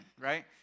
right